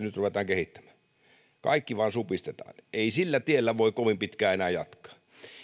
nyt ruvetaan kehittämään kaikkea vain supistetaan ei sillä tiellä voi kovin pitkään enää jatkaa